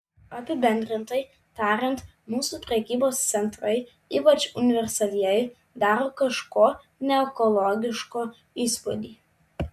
apibendrintai tariant mūsų prekybos centrai ypač universalieji daro kažko neekologiško įspūdį